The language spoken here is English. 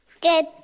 Good